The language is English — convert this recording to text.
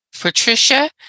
Patricia